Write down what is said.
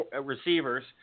receivers